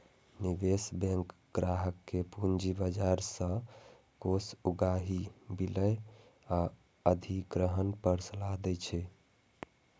निवेश बैंक ग्राहक कें पूंजी बाजार सं कोष उगाही, विलय आ अधिग्रहण पर सलाह दै छै